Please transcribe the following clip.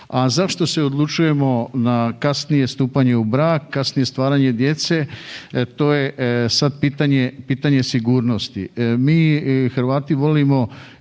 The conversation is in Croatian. a zašto se odlučujemo na kasnije stupanje u brak, na kasnije stvaranje djece, to je sad pitanje sigurnosti. Mi Hrvati volimo